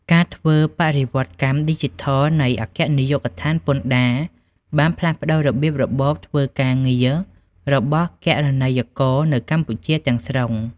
ការធ្វើបរិវត្តកម្មឌីជីថលនៃអគ្គនាយកដ្ឋានពន្ធដារ បានផ្លាស់ប្តូររបៀបរបបធ្វើការងាររបស់គណនេយ្យករនៅកម្ពុជាទាំងស្រុង។